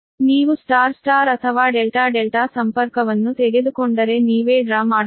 ನೀವು star star ಅಥವಾ delta delta ಸಂಪರ್ಕವನ್ನು ತೆಗೆದುಕೊಂಡರೆ ನೀವೇ ಡ್ರಾ ಮಾಡಬಹುದು